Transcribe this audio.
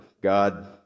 God